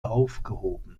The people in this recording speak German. aufgehoben